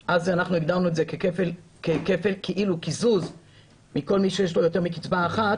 אז הגדרנו את הנושא כקיזוז מכל מי שיש לו קצבה אחת,